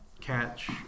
catch